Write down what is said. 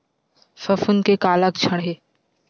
फफूंद के का लक्षण हे?